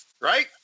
Right